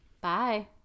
Bye